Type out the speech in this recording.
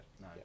no